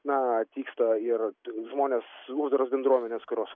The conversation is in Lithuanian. na atvyksta ir žmonės uždaros bendruomenės kurios